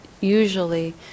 usually